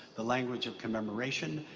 the language of commemoration,